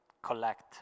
collect